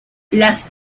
las